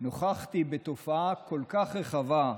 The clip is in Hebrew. נוכחתי בתופעה כל כך רחבה,